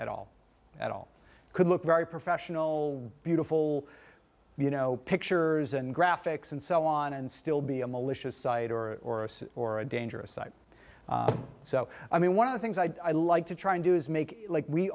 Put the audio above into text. at all at all could look very professional beautiful you know pictures and graphics and so on and still be a malicious site or or a dangerous site so i mean one of the things i like to try and do is make like we